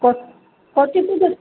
କଟୁଛି ତ